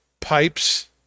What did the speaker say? pipes